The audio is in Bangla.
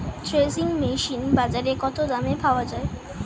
থ্রেসিং মেশিন বাজারে কত দামে পাওয়া যায়?